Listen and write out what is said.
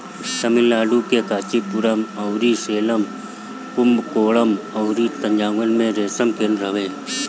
तमिलनाडु के कांचीपुरम, अरनी, सेलम, कुबकोणम अउरी तंजाउर में रेशम केंद्र हवे